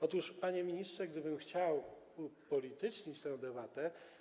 Otóż, panie ministrze, gdybym chciał upolitycznić tę debatę.